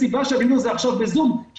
יש סיבה שעשינו את הפגישה בזום כי